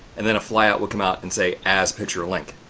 and then a flyout will come out and say, as picture link.